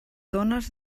dones